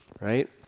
right